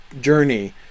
journey